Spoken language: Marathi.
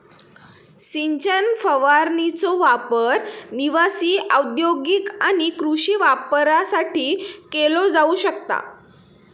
सिंचन फवारणीचो वापर निवासी, औद्योगिक आणि कृषी वापरासाठी केलो जाऊ शकता